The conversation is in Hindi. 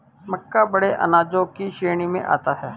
मक्का बड़े अनाजों की श्रेणी में आता है